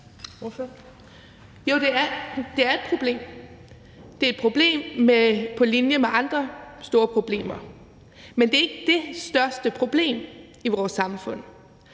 Jo, det er et problem. Det er et problem på linje med andre store problemer. Men det er ikke det største problem i vores samfund.